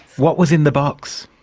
what was in the box?